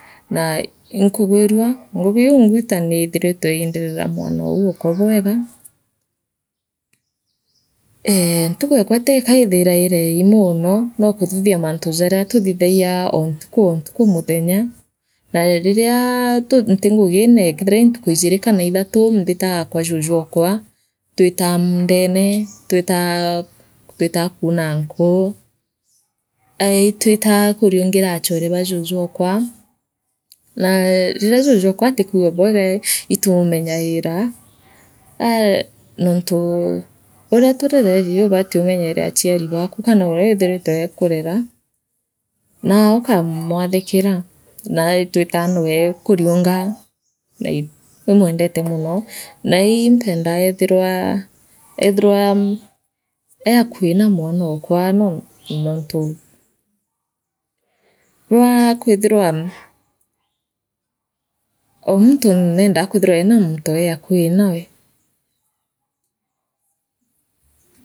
Na i inkugwirua ngugi iu ngwitaa niithiritwe iinderera mwanou okwa bwega ee ntuku ekua tika ithaire irei mono noo kuthithia mantu jaria tuthithagia oo ntuku oo ntuku mathenya na ririra tunti ngugine kenthira ii ntuku ijiri kana ithatu mbitaa kwa juju okwa itwitaa muundene itwitaa itwitaa kuuna nkuu eeii itwitaa kuriungira achone baba juuju okwa naa riria juju okwa utikwigua bwega ii itumumenyaira aa nontu uria turereri ubati umenyere achiari baaku kena uria eethiritwe eekunona naa ukaamwathikiraa naa itwitaa ai akui na mwanokwa noo noontu bwaa kwithirwa oo muntu nendaaa kwithirwa eena muntu ee akui nawe